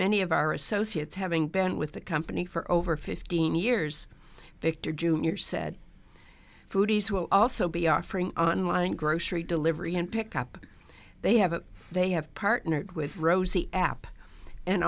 many of our associates having been with the company for over fifteen years victor jr said foodies will also be offering online grocery delivery in pick up they have a they have partnered with rosie app an